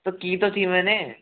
तो की तो थी मैंने